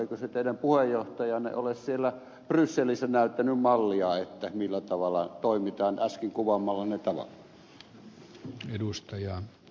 eikö se teidän puheenjohtajanne ole siellä brysselissä näyttänyt mallia millä tavalla toimitaan äsken kuvaamallanne tavalla